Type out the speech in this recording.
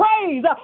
Praise